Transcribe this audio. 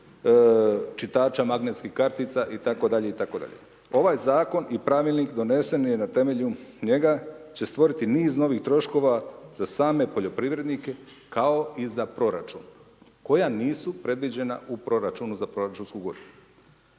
čitača magnetnih kartica itd., itd. Ovaj zakon i pravilnik donesen je na temelju, njega će stvoriti niz novih troškova za same poljoprivrednike kao i za proračun koja nisu predviđena u proračunu za proračunsku godinu.